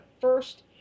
first